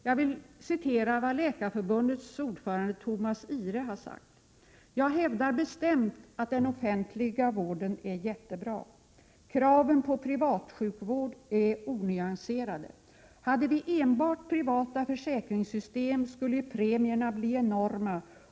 Jag vill här återge vad Läkarförbundets ordförande Thomas Ihre har sagt: E ”Jag hävdar bestämt att den offentliga vården är jättebra.” ”Kraven på privatsjukvård är onyanserade.” ”Hade vi enbart privata försäkringssystem, skulle premierna bli enorma.